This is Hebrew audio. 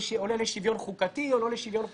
עולה לשוויון חוקתי או לא לשוויון חוקתי,